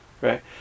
Right